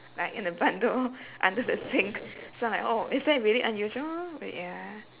like in a bundle under the sink so I'm like oh is that really unusual but ya